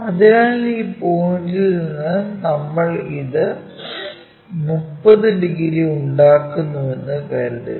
അതിനാൽ ഈ പോയിന്റിൽ നിന്ന് നമ്മൾ ഇത് 30 ഡിഗ്രി ഉണ്ടാക്കുന്നുവെന്ന് കരുതുക